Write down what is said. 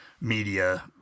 media